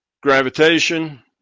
gravitation